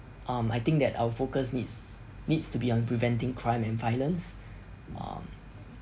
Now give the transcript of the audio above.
um I think that our focus needs needs to be on preventing crime and violence um